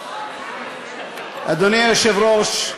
אדוני היושב-ראש,